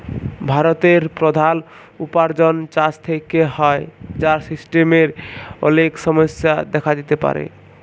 ভারতের প্রধাল উপার্জন চাষ থেক্যে হ্যয়, যার সিস্টেমের অলেক সমস্যা দেখা দিতে পারে